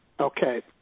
Okay